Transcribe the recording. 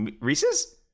Reese's